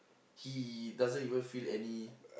he doesn't even feel any